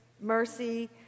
mercy